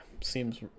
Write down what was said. seems